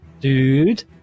dude